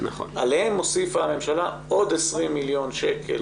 עליהם הוסיפה הממשלה עוד 20 מיליון שקל